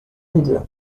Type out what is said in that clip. dúdlik